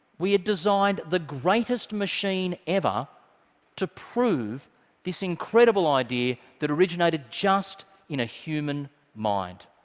we had designed the greatest machine ever to prove this incredible idea that originated just in a human mind.